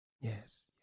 yes